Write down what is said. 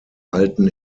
alten